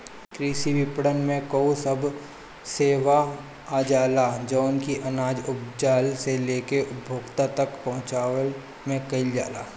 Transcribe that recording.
कृषि विपणन में उ सब सेवा आजाला जवन की अनाज उपजला से लेके उपभोक्ता तक पहुंचवला में कईल जाला